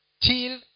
till